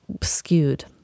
skewed